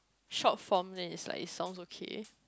short form then is like it sounds okay